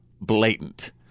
blatant